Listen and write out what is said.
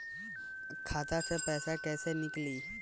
खाता से पैसा कैसे नीकली?